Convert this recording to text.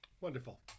Wonderful